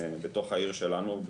בתוך העיר שלנו,